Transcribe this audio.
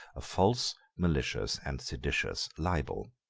a false, malicious, and seditious libel.